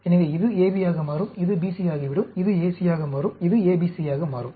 எனவே இது AB ஆக மாறும் இது BC ஆகிவிடும் இது ACயாக மாறும் இது ABCயாக மாறும்